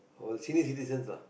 for senior citizens lah